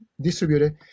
distributed